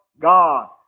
God